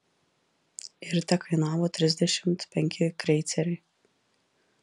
ir tekainavo trisdešimt penki kreiceriai